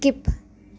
skip